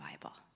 Bible